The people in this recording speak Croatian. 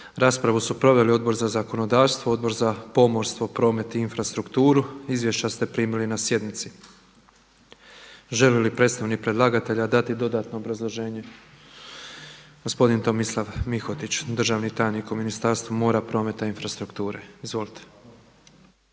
Raspravu su proveli Odbor za zakonodavstvo, Odbor za pomorstvo, promet i infrastrukturu. Izvješća ste primili na sjednici. Želi li predstavnik predlagatelja dati dodatno obrazloženje? Gospodin Tomislav Mihotić, državni tajnik u Ministarstvu mora, prometa i infrastrukture. Izvolite.